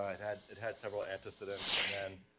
had, it had several antecedents, and then,